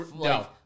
No